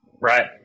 right